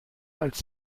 als